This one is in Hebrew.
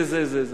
זה וזה.